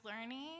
learning